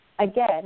Again